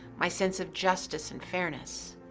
my sense of justice and fairness,